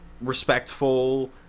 respectful